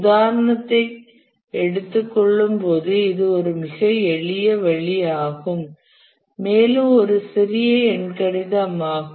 உதாரணத்தை எடுத்துக் கொள்ளும்போது இது ஒரு மிக எளிய வழி ஆகும் மேலும் ஒரு சிறிய எண்கணிதம் ஆகும்